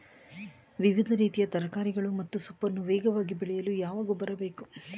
ವಿವಿಧ ರೀತಿಯ ತರಕಾರಿಗಳು ಮತ್ತು ಸೊಪ್ಪನ್ನು ವೇಗವಾಗಿ ಬೆಳೆಯಲು ಯಾವ ಗೊಬ್ಬರ ಬೇಕು?